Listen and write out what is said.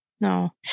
no